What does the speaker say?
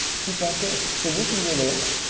kids aren't there. cause this is where they are.